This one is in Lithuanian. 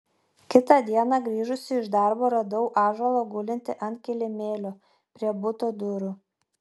kitą dieną grįžusi iš darbo radau ąžuolą gulintį ant kilimėlio prie buto durų